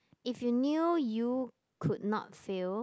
if you knew you could not fail